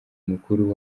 mukuru